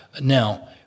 now